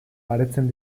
baretzen